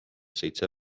seitse